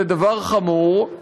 זה דבר חמור,